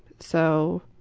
so,